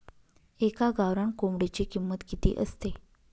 एका गावरान कोंबडीची किंमत किती असते?